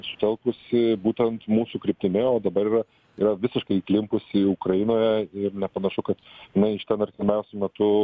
sutelkusi būtent mūsų kryptimi o dabar yra yra visiškai įklimpusi ukrainoje ir nepanašu kad na iš ten artimiausiu metu